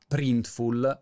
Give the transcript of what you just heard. Printful